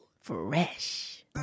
Fresh